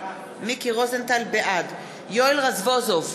בעד יואל רזבוזוב,